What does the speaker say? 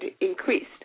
increased